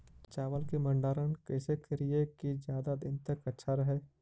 चावल के भंडारण कैसे करिये की ज्यादा दीन तक अच्छा रहै?